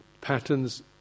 patterns